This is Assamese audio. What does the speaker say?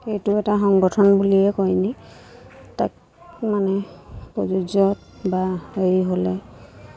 এইটো এটা সংগঠন বুলিয়ে কয়নি তাক মানে প্ৰযোজ্য বা হেৰি হ'লে